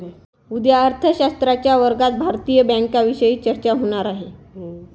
उद्या अर्थशास्त्राच्या वर्गात भारतीय बँकांविषयी चर्चा होणार आहे